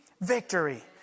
victory